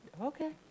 Okay